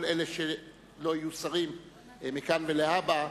כל אלה שלא יהיו שרים מכאן ולהבא,